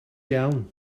iawn